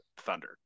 Thunder